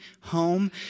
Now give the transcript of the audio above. home